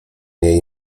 nie